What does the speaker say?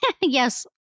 Yes